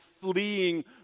fleeing